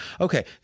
Okay